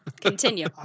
Continue